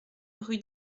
rue